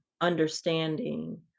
understanding